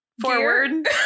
forward